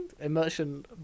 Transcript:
Immersion